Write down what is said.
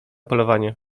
polowanie